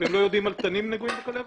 והם לא יודעים על תנים נגועים בכלבת,